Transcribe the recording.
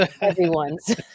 everyone's